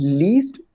least